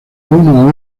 uno